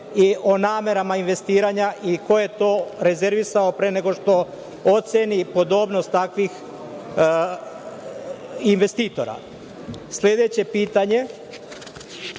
o namerama investiranja i ko je to rezervisao pre nego što oceni podobnost takvih investitora? Sledeće pitanje